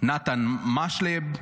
נתן משלב,